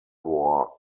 war